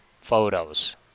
photos